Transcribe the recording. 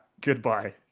goodbye